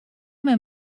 men